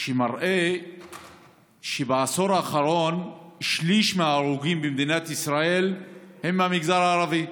שמראה שבעשור האחרון שליש מההרוגים במדינת ישראל הם מהמגזר הערבי.